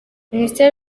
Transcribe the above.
minisiteri